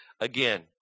again